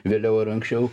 vėliau ar anksčiau